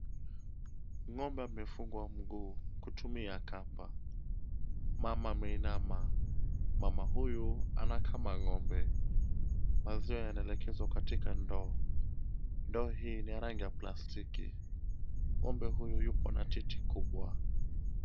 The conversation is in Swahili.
Ng'ombe amefungwa mguu kutumia kamba. Mama ameinama. Mama huyu anakama ng'ombe. Maziwa yanaelekezwa katika ndoo. Ndoo hii ni ya rangi ya plastiki. Ng'ombe huyu yuko na titi kubwa.